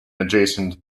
adjacent